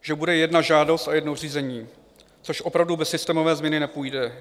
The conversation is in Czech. Že bude jedna žádost a jedno řízení, což opravdu bez systémové změny nepůjde.